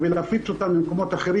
ולהפיץ אותם למקומות אחרים.